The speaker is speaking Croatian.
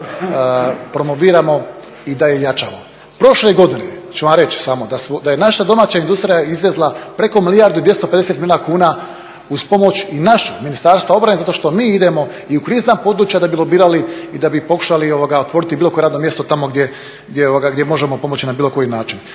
promoviramo i da je jačamo. Prošle godine ću vam reći samo da je naša domaća industrija izvezla preko milijardu i 250 milijuna kuna uz pomoć i našu, Ministarstva obrane zato što mi idemo i u krizna područja da bi lobirali i da bi pokušali otvoriti bilo koje radno mjesto tamo gdje možemo pomoći na bilo koji način.